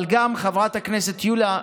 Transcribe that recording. אבל גם חברת הכנסת יוליה מלינובסקי,